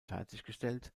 fertiggestellt